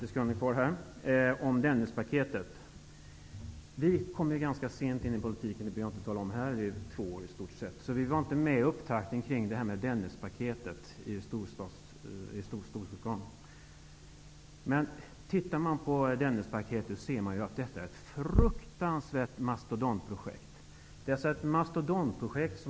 Vi i Ny demokrati kom ju in i politiken ganska sent, men det behöver jag ju inte tala om här. I stort sett är det två år sedan vi kom in i riksdagen. Vi var alltså inte med om upptakten när det gäller Dennispaketet är ett fruktansvärt mastodontprojekt.